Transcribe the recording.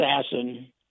assassin